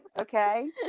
Okay